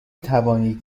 توانید